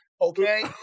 okay